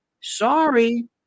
Sorry